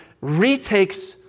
retakes